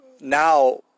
now